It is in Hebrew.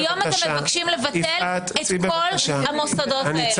היום אתם מבקשים לבטל את כל המוסדות האלה.